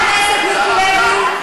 חבר הכנסת מיקי לוי,